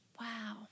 Wow